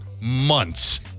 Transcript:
months